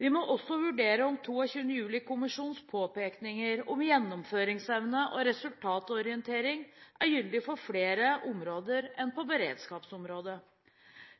Vi må også vurdere om 22. juli-kommisjonens påpekinger om gjennomføringsevne og resultatorientering er gyldig på flere områder enn beredskapsområdet.